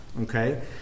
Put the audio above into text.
Okay